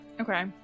Okay